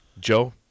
Joe